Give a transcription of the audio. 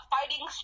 Fighting